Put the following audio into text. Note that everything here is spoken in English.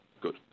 Good